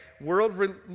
World